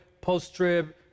post-trib